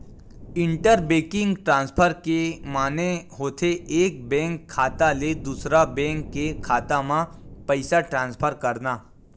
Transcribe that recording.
inter banking transfer के माने होथे एक बेंक खाता ले दूसर बेंक के खाता म पइसा ट्रांसफर करना